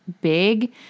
big